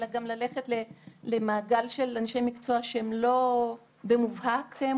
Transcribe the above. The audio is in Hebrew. אלא ללכת גם למעגל של אנשי מקצוע שהם לא מומחים במובהק,